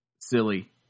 silly